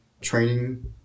training